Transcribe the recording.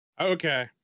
okay